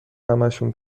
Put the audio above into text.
همشون